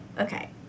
okay